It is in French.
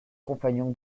compagnon